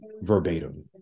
verbatim